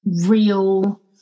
real